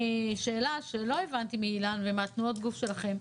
שאלה שלא הבנתי מאילן ומתנועות הגוף שלכם,